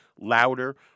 louder